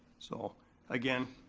so again,